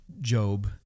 Job